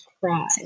cry